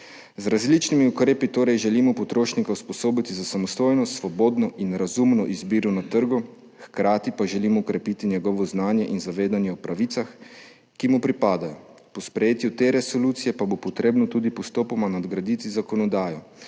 Z različnimi ukrepi torej želimo potrošnika usposobiti za samostojno, svobodno in razumno izbiro na trgu, hkrati pa želimo okrepiti njegovo znanje in zavedanje o pravicah, ki mu pripadajo. Po sprejetju te resolucije pa bo treba postopoma tudi nadgraditi zakonodajo,